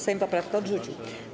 Sejm poprawkę odrzucił.